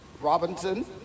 Robinson